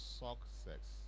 success